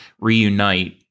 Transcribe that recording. reunite